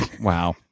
Wow